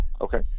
Okay